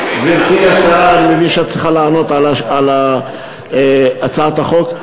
מבין שאת צריכה לענות על הצעת החוק.